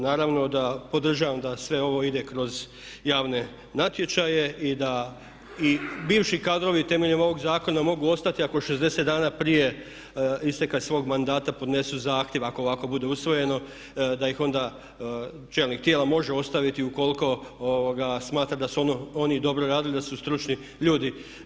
Naravno da podržavam da sve ovo ide kroz javne natječaje i bivši kadrovi temeljem ovog zakona mogu ostati ako 60 dana prije isteka svog mandata podnesu zahtjev ako ovako bude usvojeno, da ih onda čelnik tijela može ostaviti ukoliko smatra da su oni dobro radili, da su stručni ljudi.